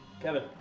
Kevin